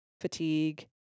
fatigue